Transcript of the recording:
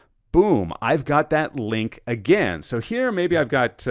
but um i've got that link again. so here maybe i've got,